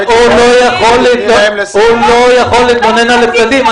הוא לא יכול להתלונן על הפסדים.